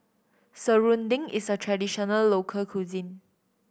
serunding is a traditional local cuisine